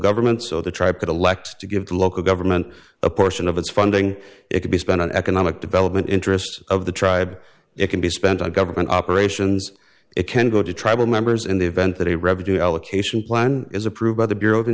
government so the tribe could elect to give the local government a portion of its funding it could be spent on economic development interest of the tribe it can be spent on government operations it can go to tribal members in the event that a revenue allocation plan is approved by the bureau